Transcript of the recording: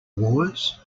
wars